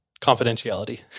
Confidentiality